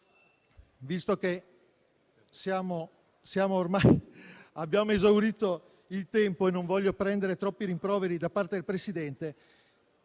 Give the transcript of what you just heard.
Visto che ormai abbiamo esaurito il tempo e non voglio prendere troppi rimproveri da parte del Presidente,